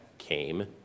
came